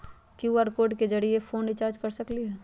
QR code के जरिय phone recharge कर सकली ह?